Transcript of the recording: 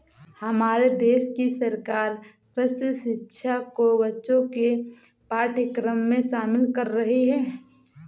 हमारे देश की सरकार कृषि शिक्षा को बच्चों के पाठ्यक्रम में शामिल कर रही है